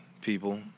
people